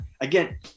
Again